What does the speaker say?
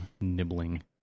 nibbling